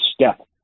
step